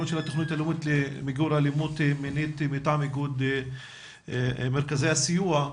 למיגור אלימות מינית מטעם איגוד מרכזי הסיוע.